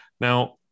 Now